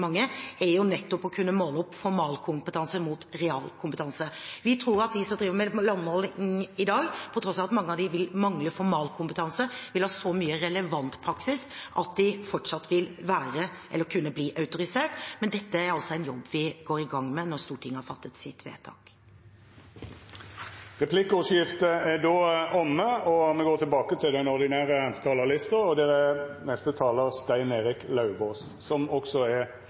nettopp å kunne måle formalkompetanse opp mot realkompetanse. Vi tror at de som driver med landmåling i dag, på tross av at mange av dem mangler formalkompetanse, har så mye relevant praksis at de fortsatt vil være eller kunne bli autorisert. Dette er en jobb vi går i gang med når Stortinget har fattet sitt vedtak. Replikkordskiftet er omme. Jeg skal ikke forlenge debatten mer enn nødvendig, men jeg må bare få gjenta noe. Når jeg hører representantene Holm Lønseth og Kjønaas Kjos, er